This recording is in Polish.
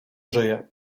żyje